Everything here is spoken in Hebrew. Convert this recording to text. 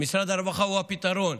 משרד הרווחה הוא הפתרון.